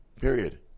Period